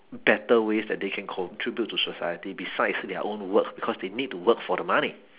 better ways that they can contribute to society besides their own work because they need to work for the money